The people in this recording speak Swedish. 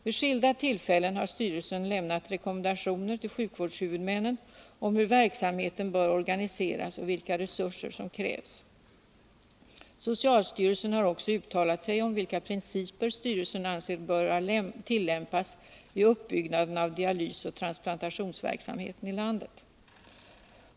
Vid skilda tillfällen har styrelsen lämnat rekommendationer till sjukvårdshuvudmännen om hur verksamheten bör organiseras och vilka resurser som krävs. Socialstyrelsen har också uttalat sig om vilka principer styrelsen anser böra tillämpas vid uppbyggnaden av dialysoch transplantationsverksamheten i landet.